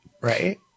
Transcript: Right